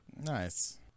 Nice